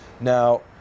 Now